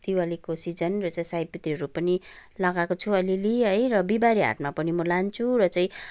दिवालीको सिजन र चाहिँ सयपत्रीहरू पनि लगाएको छु अलिअलि है र बिहिवारे हाटमा पनि म लान्छु र चाहिँ